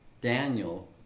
Daniel